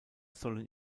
sollen